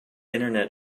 internet